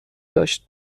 داشت